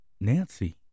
Nancy